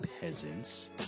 peasants